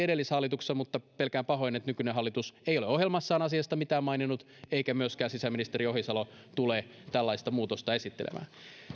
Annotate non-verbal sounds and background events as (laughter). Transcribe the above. (unintelligible) edellishallituksessa mutta nykyinen hallitus ei ole ohjelmassaan asiasta mitään maininnut ja pelkään pahoin että myöskään sisäministeri ohisalo ei tule tällaista muutosta esittelemään